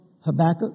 Habakkuk